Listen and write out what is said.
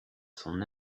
son